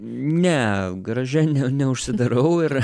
ne garaže ne neužsidarau ir